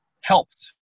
helped